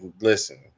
listen